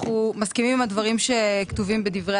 אנחנו מסכימים עם הדברים שכתובים בדברי